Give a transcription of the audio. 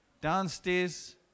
downstairs